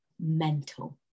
mental